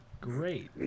Great